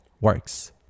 works